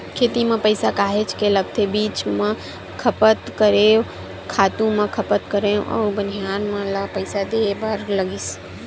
खेती म पइसा काहेच के लगथे बीज म खपत करेंव, खातू म खपत करेंव अउ बनिहार मन ल पइसा देय बर लगिस